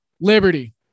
Liberty